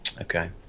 Okay